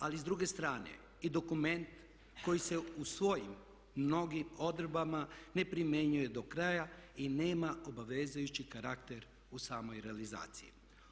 Ali s druge strane i dokument koji se u svojim mnogim odredbama neprimjenjuje do kraja i nema obvezujući karakter u samoj realizaciji.